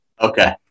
Okay